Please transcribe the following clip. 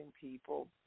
people